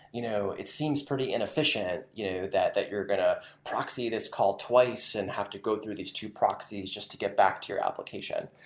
you know it seems pretty inefficient you know that that you're going to proxy this call twice and have to go through these two proxies just to get back to your application.